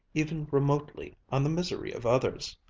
even remotely, on the misery of others.